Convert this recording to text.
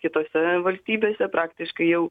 kitose valstybėse praktiškai jau